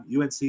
UNC